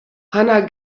hannah